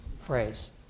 phrase